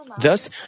Thus